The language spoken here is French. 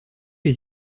les